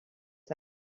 them